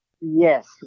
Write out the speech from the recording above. Yes